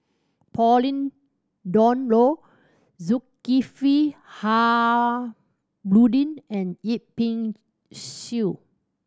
Pauline Dawn Loh Zulkifli Harudin and Yip Pin Xiu